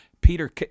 Peter